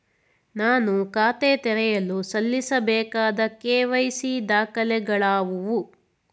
ನಾನು ಖಾತೆ ತೆರೆಯಲು ಸಲ್ಲಿಸಬೇಕಾದ ಕೆ.ವೈ.ಸಿ ದಾಖಲೆಗಳಾವವು?